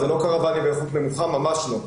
זה לא קרוואנים באיכות נמוכה, ממש לא.